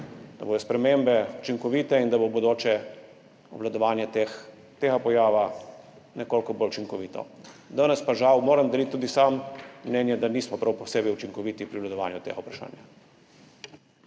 v bodoče spremembe učinkovite in da bo v bodoče obvladovanje tega pojava nekoliko bolj učinkovito. Danes pa žal moram deliti tudi sam mnenje, da nismo prav posebej učinkoviti pri obvladovanju tega vprašanja.